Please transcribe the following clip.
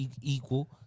equal